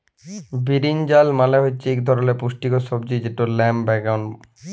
বিরিনজাল মালে হচ্যে ইক ধরলের পুষ্টিকর সবজি যেটর লাম বাগ্যুন